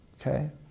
Okay